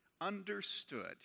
understood